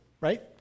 right